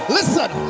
Listen